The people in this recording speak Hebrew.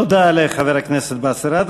תודה לחבר הכנסת באסל גטאס.